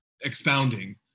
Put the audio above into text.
expounding